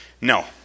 No